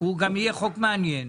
והוא גם יהיה חוק מעניין,